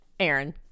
Aaron